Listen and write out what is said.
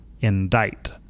indict